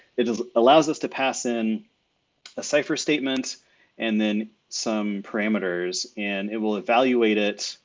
it ah allows us to pass in a cipher statements and then some parameters and it will evaluate it